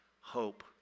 hope